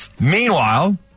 Meanwhile